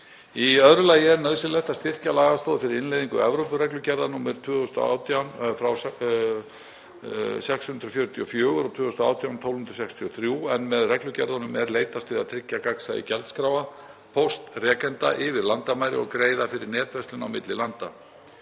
Í öðru lagi er nauðsynlegt að styrkja lagastoð fyrir innleiðingu Evrópureglugerða nr. 2018/644 og 2018/1263, en með reglugerðunum er leitast við að tryggja gagnsæi gjaldskráa póstrekanda yfir landamæri og greiða fyrir netverslun á milli landa.